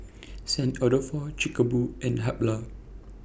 Saint Dalfour Chic A Boo and Habhal